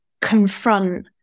confront